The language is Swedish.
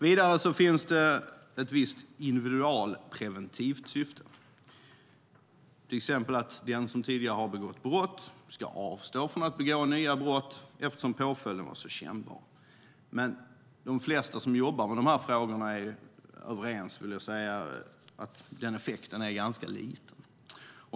Vidare finns det ett visst individualpreventivt syfte, till exempel att den som tidigare har begått brott avstår från att begå nya brott eftersom påföljden är så kännbar. Men de flesta som jobbar med dessa frågor är överens om att den effekten är ganska liten.